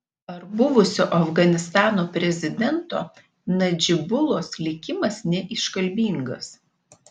ar buvusio afganistano prezidento nadžibulos likimas neiškalbingas